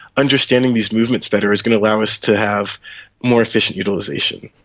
understanding these movements better is going to allow us to have more efficient utilisation.